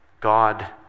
God